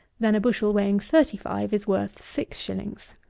than a bushel weighing thirty-five is worth six shillings.